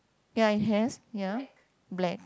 ya it has ya black